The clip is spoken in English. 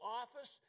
office